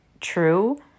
true